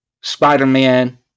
Spider-Man